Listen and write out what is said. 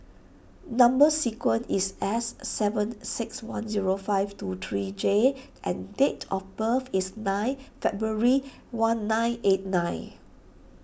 Number Sequence is S seven six one zero five two three J and date of birth is nine February one nine eight nine